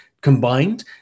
Combined